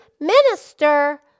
minister